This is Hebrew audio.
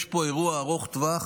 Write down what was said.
יש פה אירוע ארוך טווח.